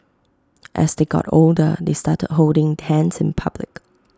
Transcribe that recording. as they got older they started holding hands in public